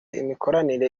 imikoranire